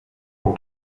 poll